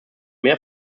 mehr